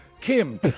Kim